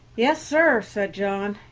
yes, sir, said john,